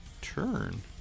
...turn